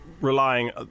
relying